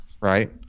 right